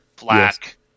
black